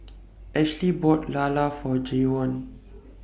Ashlee bought Lala For Jayvon